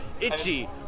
itchy